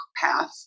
path